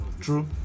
True